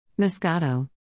Moscato